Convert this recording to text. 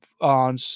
on